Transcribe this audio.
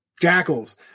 Jackals